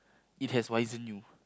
it has wisen you